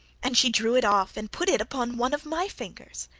and she drew it off, and put it upon one of my fingers.